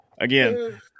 Again